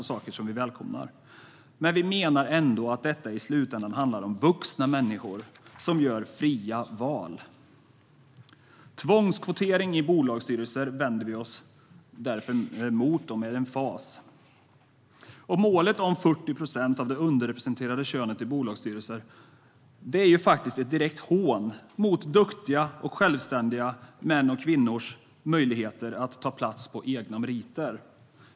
Vi menar ändå att detta i slutändan handlar om vuxna människor som gör fria val. Tvångskvotering i bolagsstyrelser vänder vi oss därför emot med emfas. Målet om 40 procent av det underrepresenterade könet i bolagsstyrelser är faktiskt ett direkt hån mot duktiga och självständiga mäns och kvinnors möjlighet att ta plats på egna meriter.